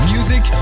Music